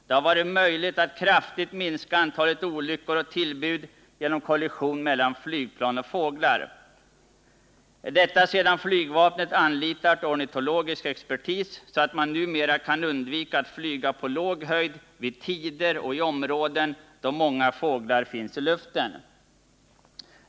Det har varit möjligt att kraftigt minska antalet olyckor och tillbud till följd av kollision mellan flygplan och fåglar; detta sedan flygvapnet anlitat ornitologisk expertis, så att man numera kan undvika att flyga på låg höjd vid tider och i områden då många fåglar finns i luften.